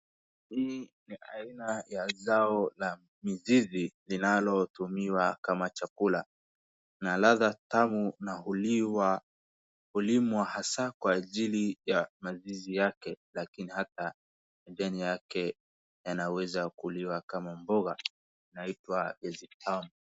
Hii ni aina ya zao la mizizi linalotumiwa kama chakula na ladha tamu na hulimwa hasa kwa ajili ya mizizi lakini hata majani yake yanaeza kuliwa kama mboga na ikiwa ni zitamu.